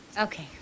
Okay